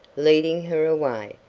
leading her away.